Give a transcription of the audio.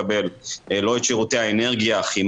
לא את שירותי הניקיון שהתאים שלהם צריכים לקבל,